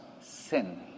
sin